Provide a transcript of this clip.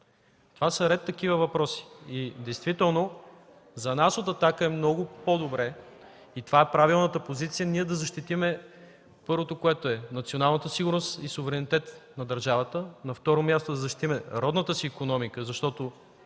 Това са ред такива въпроси. Действително за нас от „Атака” е много по-добре и това е правилната позиция, ние да защитим първото, което е: националната сигурност и суверенитет на държавата. На второ място, да защитим родната си икономика, защото